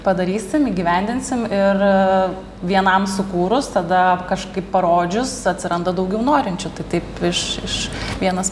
padarysim įgyvendinsim ir vienam sukūrus tada kažkaip parodžius atsiranda daugiau norinčių tai taip iš iš vienas